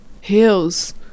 heels